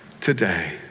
today